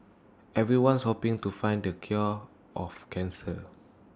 everyone's hoping to find the cure of cancer